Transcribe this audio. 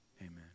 Amen